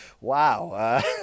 Wow